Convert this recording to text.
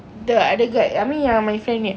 the other guy I mean my friend punya